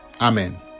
Amen